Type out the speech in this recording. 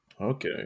Okay